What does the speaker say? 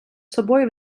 собою